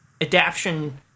adaption